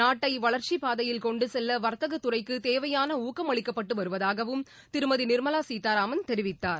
நாட்டை வளர்ச்சிப்பாதையில் கொண்டுசெல்ல வர்த்தகத்துறைக்கு தேவையான ஊக்கமளிக்கப்பட்டு வருவதாகவும் திருமதி நிர்மலா சீதாராமன் தெரிவித்தார்